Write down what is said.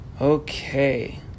okay